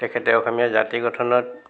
তেখেতক আমি জাতি গঠনত